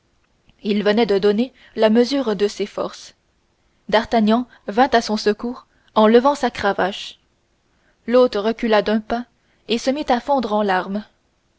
il venait de donner la mesure de ses forces d'artagnan vint à son secours en levant sa cravache l'hôte recula d'un pas et se mit à fondre en larmes